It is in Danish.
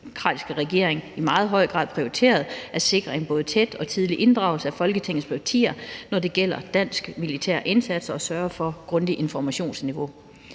socialdemokratiske regering i meget høj grad prioriteret at sikre en både tæt og tidlig inddragelse af Folketingets partier, når det gælder dansk militær indsats, også i form af et grundigt informationsniveau.